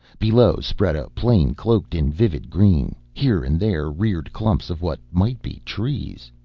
below spread a plain cloaked in vivid green. here and there reared clumps of what might be trees.